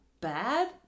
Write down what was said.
bad